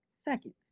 seconds